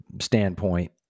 standpoint